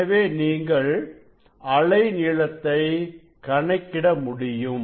எனவே நீங்கள் அலை நீளத்தை கணக்கிட முடியும்